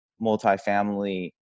multifamily